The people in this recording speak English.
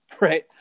Right